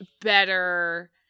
better